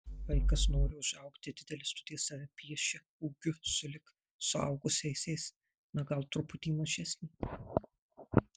vaikas nori užaugti didelis todėl save piešia ūgiu sulig suaugusiaisiais na gal truputį mažesnį